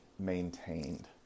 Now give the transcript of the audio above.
maintained